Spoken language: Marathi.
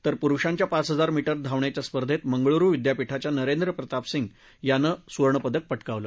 तर पुरुषांच्या पाच हजार मी उ धावण्याच्या स्पर्धेत मंगळूरु विद्यापीठाच्या नरेंद्र प्रतापसिंह यांनं सुवर्णपदक प क्रावलं